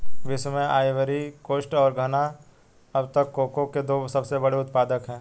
विश्व में Ivory Coast और घना अब तक कोको के दो सबसे बड़े उत्पादक है